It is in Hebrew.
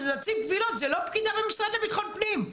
זה נציב קבילות, זה לא פקידה במשרד לביטחון פנים.